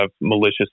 malicious